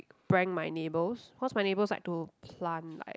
prank my neighbours cause my neighbours like to plant like